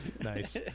Nice